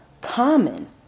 common